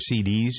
CDs